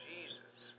Jesus